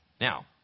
Now